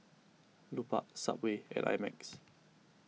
Lupark Subway and I Max